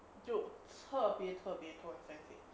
就特别特别多的 fanfic